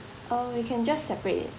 uh we can just separate it